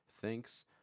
Thanks